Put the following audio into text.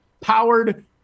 powered